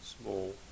small